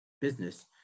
business